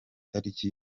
tariki